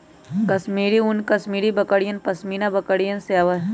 कश्मीरी ऊन कश्मीरी बकरियन, पश्मीना बकरिवन से आवा हई